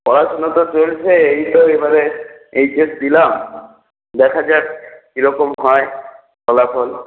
পড়াশোনা তো চলছে এই তো এবারে এইচএস দিলাম দেখা যাক কি রকম হয় ফলাফল